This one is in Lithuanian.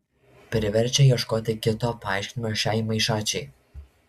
priverčia ieškoti kito paaiškinimo šiai maišačiai